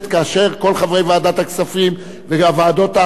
כל חברי ועדת הכספים והוועדות האחרות,